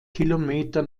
kilometer